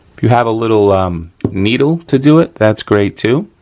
you have a little um needle to do it, that's great too.